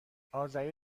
آذری